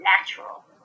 natural